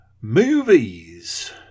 movies